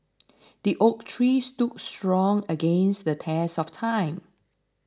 the oak tree stood strong against the test of time